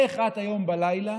איך את היום בלילה